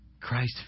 Christ